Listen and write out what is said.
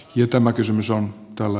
jo tämä kysymys on tällä